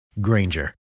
Granger